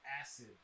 acid